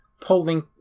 pulling